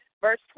Verse